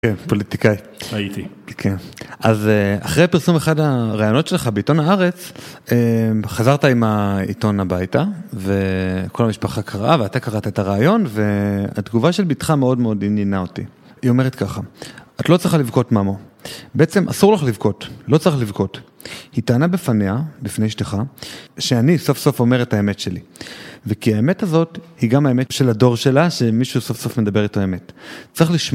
כן, פוליטיקאי. הייתי. כן. אז אחרי פרסום אחד הרעיונות שלך בעיתון הארץ חזרת עם העיתון הביתה וכל המשפחה קראה ואתה קראת את הרעיון והתגובה של ביתך מאוד מאוד עניינה אותי. היא אומרת ככה, את לא צריכה לבכות ממו, בעצם אסור לך לבכות, לא צריך לבכות. היא טענה בפניה, לפני אשתך, שאני סוף סוף אומר את האמת שלי וכי האמת הזאת היא גם האמת של הדור שלה שמישהו סוף סוף מדבר את האמת.